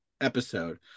episode